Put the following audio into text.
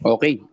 Okay